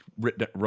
written